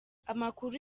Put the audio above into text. amakuru